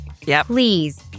Please